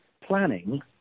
planning